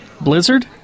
Blizzard